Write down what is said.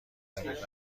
روید